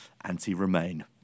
Anti-Remain